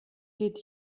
geht